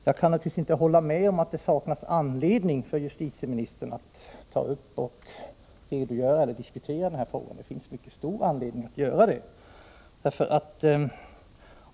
Jag kan naturligtvis inte hålla med om att det saknas anledning för justitieministern att redogöra för eller diskutera den här saken. Det finns mycket stor anledning att göra det.